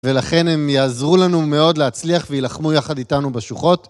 ולכן הם יעזרו לנו מאוד להצליח וילחמו יחד איתנו בשוחות.